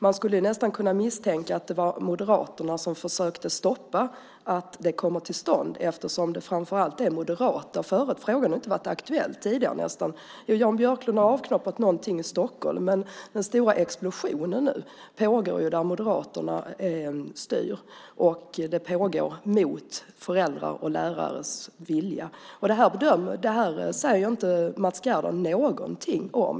Man skulle kunna misstänka att det är Moderaterna som försöker stoppa att den kommer till stånd, eftersom frågan nästan inte har varit aktuell tidigare om Jan Björklund har avknoppat någonting i Stockholm. Men den stora explosionen nu pågår där Moderaterna styr, och det pågår mot föräldrars och lärares vilja. Det här säger Mats Gerdau inte någonting om.